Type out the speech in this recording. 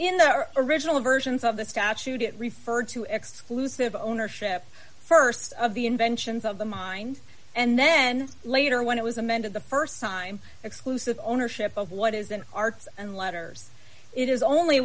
in the original versions of the statute it refer to xclusive ownership st of the inventions of the mind and then later when it was amended the st time exclusive ownership of what is an arts and letters it is only